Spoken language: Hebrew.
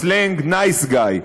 בסלנג "נייס גיא"